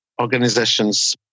organizations